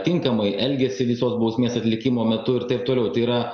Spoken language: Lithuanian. tinkamai elgiasi visos bausmės atlikimo metu ir taip toliau tai yra